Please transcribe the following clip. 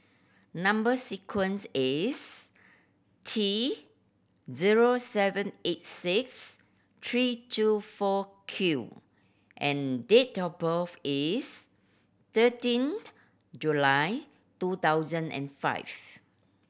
number sequence is T zero seven eight six three two four Q and date of birth is thirteenth July two thousand and five